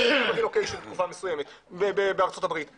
אני הייתי ברילוקיישן תקופה מסוימת, בארצות הברית.